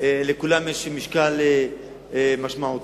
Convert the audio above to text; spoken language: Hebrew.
לכולן יש משקל משמעותי.